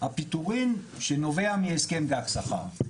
הפיטורים שנובע מהסכם גג שכר.